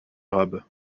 arabe